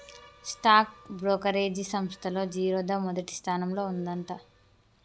stock brokerage సంస్తల్లో జిరోదా మొదటి స్థానంలో ఉందంట